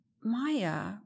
Maya